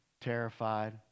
terrified